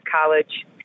college